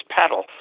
paddle